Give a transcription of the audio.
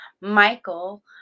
Michael